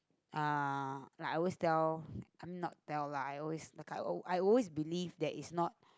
uh like I always tell um not tell lah I always like I I always believe that it's not